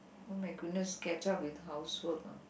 oh-my-goodness catch up with housework ah